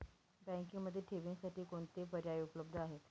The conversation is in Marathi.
बँकेमध्ये ठेवींसाठी कोणते पर्याय उपलब्ध आहेत?